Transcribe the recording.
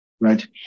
right